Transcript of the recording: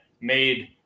made